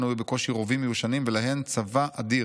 לנו היו בקושי רובים מיושנים, ולהן, צבא אדיר.